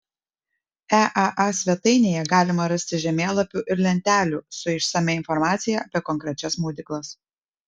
eaa svetainėje galima rasti žemėlapių ir lentelių su išsamia informacija apie konkrečias maudyklas